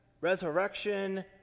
resurrection